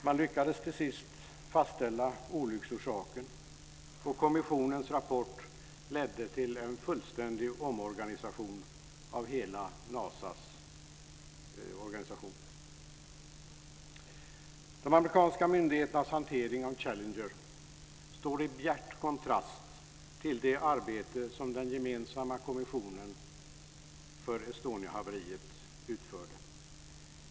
Man lyckades till sist fastställa olycksorsaken och kommissionens rapport ledde till en fullständig omorganisation av hela NASA. Challenger står i bjärt kontrast till det arbete som den gemensamma kommissionen för Estoniahaveriet utförde.